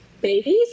Babies